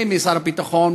ממשרד הביטחון,